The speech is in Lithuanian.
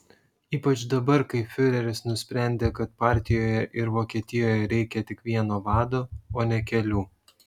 ypač dabar kai fiureris nusprendė kad partijoje ir vokietijoje reikia tik vieno vado o ne kelių